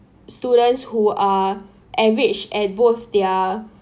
students who are average at both their